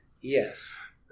Yes